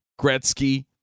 Gretzky